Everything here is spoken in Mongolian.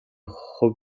хувь